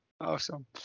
Awesome